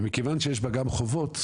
ומכיוון שיש בה גם חובות,